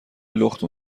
لخت